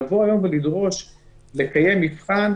לדרוש היום לקיים מבחן,